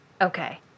Okay